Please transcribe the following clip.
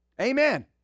Amen